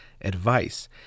advice